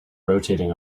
rotating